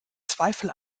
zweifel